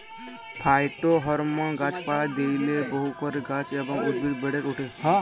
phytohormone গাছ পালায় দিইলে বহু করে গাছ এবং উদ্ভিদ বেড়েক ওঠে